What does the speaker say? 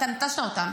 אתה נטשת אותם.